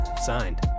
signed